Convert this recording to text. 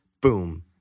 boom